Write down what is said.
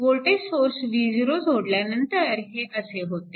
voltage source V0 जोडल्यानंतर हे असे होते